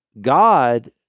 God